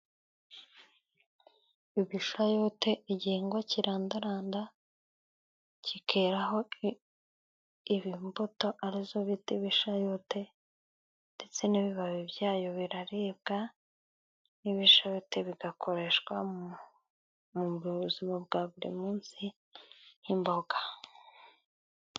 Ibishayote igihingwa kirandaranda, kikeraho imbuto ari zo bita ibishayote, ndetse n'ibibabi byayo biraribwa, n'ibishate bigakoreshwa mu buzima bwa buri munsi nk'imboga.